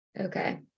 Okay